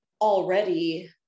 already